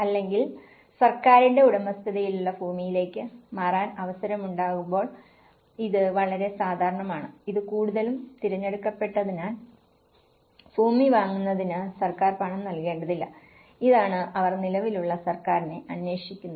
അല്ലെങ്കിൽ സർക്കാരിന്റെ ഉടമസ്ഥതയിലുള്ള ഭൂമിയിലേക്ക് മാറാൻ അവസരമുണ്ടാകുമ്പോൾ ഇത് വളരെ സാധാരണമാണ് ഇത് കൂടുതലും തിരഞ്ഞെടുക്കപ്പെട്ടതിനാൽ ഭൂമി വാങ്ങുന്നതിന് സർക്കാർ പണം നൽകേണ്ടതില്ല ഇതാണ് അവർ നിലവിലുള്ള സർക്കാരിനെ അന്വേഷിക്കുന്നത്